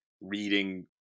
reading